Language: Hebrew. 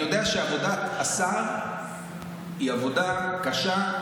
אני יודע שעבודת השר היא עבודה קשה,